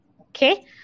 okay